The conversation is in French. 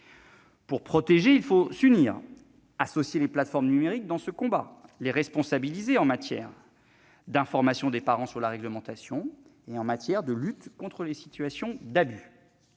Pour protéger, il faut s'unir, associer les plateformes numériques à ce combat, les responsabiliser en matière d'information des parents sur la réglementation et de lutte contre les situations d'abus.